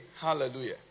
Hallelujah